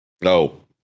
No